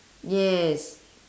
yes